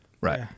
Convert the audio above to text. Right